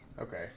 Okay